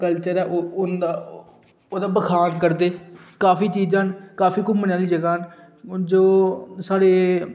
ऐ जो ओह्दा बखान करदे काफी चीज़ां न काफी घुम्मनै आह्लियां जगहां न जो साढ़े